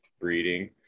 breeding